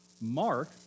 Mark